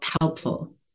helpful